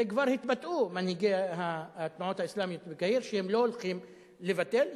וכבר התבטאו מנהיגי התנועות האסלאמיות בקהיר שהם לא הולכים לבטל.